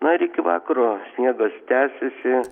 na ir iki vakaro sniegas tęsiasi